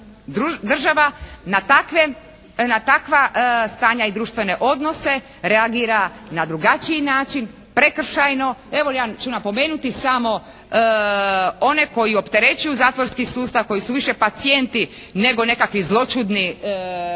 država na takva stanja i društvene odnose reagira na drugačiji način, prekršajno. Evo ja ću napomenuti samo one koji opterećuju zatvorski sustav, koji su više pacijenti nego nekakvi zloćudni neprijatelji